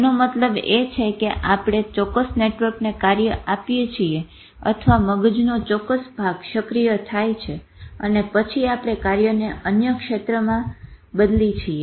એનો મતલબ એ છે કે આપણે ચોક્કસ નેટવર્કને કાર્ય આપીએ છીએ અથવા મગજનો ચોકક્સ ભાગ સક્રિય થાય છે અને પછી આપણે કાર્યને અન્ય ક્ષેત્રમાં બદલીએ છીએ